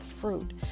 fruit